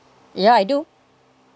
yeah I do